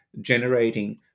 generating